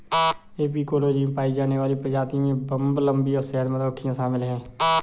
apicology में पाई जाने वाली प्रजातियों में बंबलबी और शहद मधुमक्खियां शामिल हैं